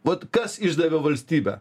vat kas išdavė valstybę